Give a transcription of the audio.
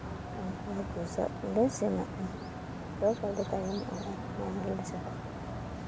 ᱩᱱᱠᱩ ᱦᱟᱹᱠᱩ ᱥᱟᱵᱽ ᱞᱮ ᱥᱮᱱᱚᱜᱼᱟ ᱟᱫᱚ ᱵᱟᱞᱮ ᱛᱟᱭᱚᱢᱚᱜᱼᱟ ᱢᱟᱲᱟᱝ ᱨᱮᱞᱮ ᱥᱮᱴᱮᱨ ᱠᱚᱜᱼᱟ